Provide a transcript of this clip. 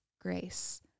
grace